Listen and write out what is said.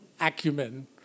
acumen